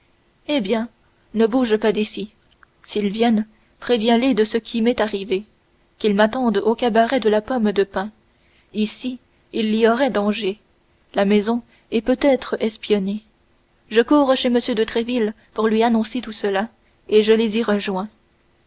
eh bien ne bouge pas d'ici s'ils viennent préviens les de ce qui m'est arrivé qu'ils m'attendent au cabaret de la pomme de pin ici il y aurait danger la maison peut être espionnée je cours chez m de tréville pour lui annoncer tout cela et je les y rejoins